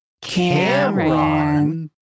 Cameron